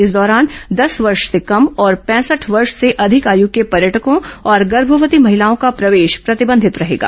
इस दौरान दस वर्ष से कम और पैंसठ वर्ष से अधिक आय के पर्यटकों और गर्भवती महिलाओं का प्रवेश प्रतिबंधित रहेगा